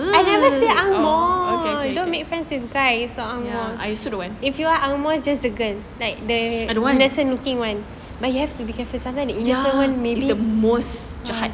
ya I also don't want I don't want is the most jahat